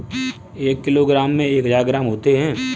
एक किलोग्राम में एक हजार ग्राम होते हैं